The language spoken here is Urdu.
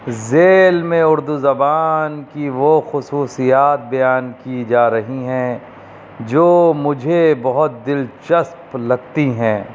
ذیل میں اردو زبان کی وہ خصوصیات بیان کی جا رہی ہیں جو مجھے بہت دلچسپ لگتی ہیں